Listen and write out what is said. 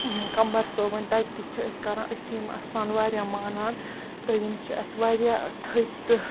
کَمبَر صٲبُن تَتہِ چھِ أسۍ کَران أسۍ چھِ یِم آستان واریاہ مانان تہٕ یِم چھِ اَسہِ واریاہ تھٔدۍ تہٕ